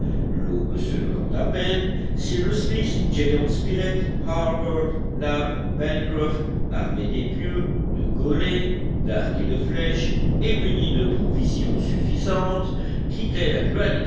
l'aube se levant à peine cyrus smith gédéon spilett harbert nab pencroff armés d'épieux de collets d'arcs et de flèches et munis de provisions suffisantes quittèrent